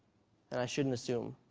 that i shouldn't assume,